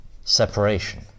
separation